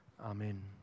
Amen